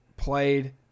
Played